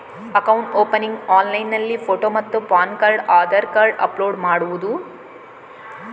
Account opening ಆನ್ಲೈನ್ನಲ್ಲಿ photo ಮತ್ತು PAN card Aadhaar card upload ಮಾಡುವುದು?